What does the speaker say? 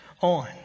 on